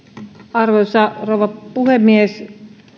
arvoisa rouva puhemies